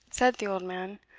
said the old man,